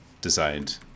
designed